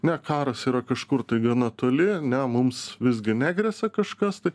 ne karas yra kažkur tai gana toli ne mums visgi negresia kažkas tai